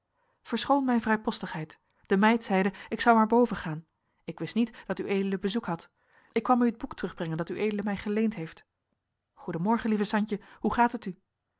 verschoon mijn vrijpostigheid de meid zeide ik zou maar boven gaan ik wist niet dat ued bezoek had ik kwam u het boek terugbrengen dat ued mij geleend heeft goeden morgen lieve santje hoe gaat het u